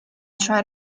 try